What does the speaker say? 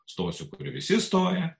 stosiu kur visi stoja